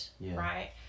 right